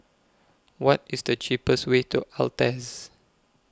What IS The cheapest Way to Altez